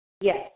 Yes